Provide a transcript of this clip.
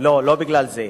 לא בגלל זה.